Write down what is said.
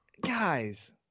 Guys